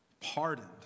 pardoned